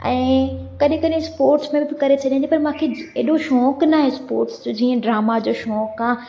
ऐं कॾहिं कॾहिं स्पोर्टस में बि प करे छॾींदी पर मूंखे एॾो शौक़ु न आहे स्पोर्ट्स जो जीअं ड्रामा जो शौक़ु आहे